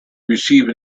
receive